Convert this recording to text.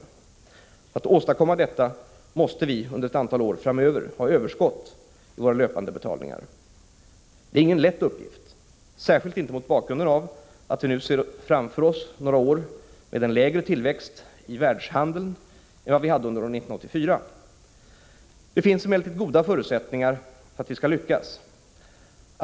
För att åstadkomma detta måste vi under ett antal år framöver ha överskott i våra löpande betalningar. Det är ingen lätt uppgift — särskilt inte mot bakgrunden av att vi nu ser framför oss några år med lägre tillväxt i världshandeln än vad vi hade under år 1984. Det finns emellertid goda förutsättningar för att vi skall lyckas.